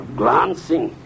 glancing